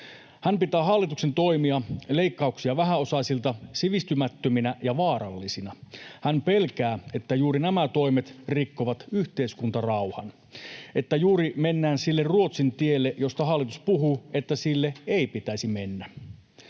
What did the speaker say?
Hän pitää hallituksen toimia, leikkauksia vähäosaisilta, sivistymättöminä ja vaarallisina. Hän pelkää, että juuri nämä toimet rikkovat yhteiskuntarauhan, että mennään juuri sille Ruotsin tielle, josta hallitus puhuu, että sille ei pitäisi mennä.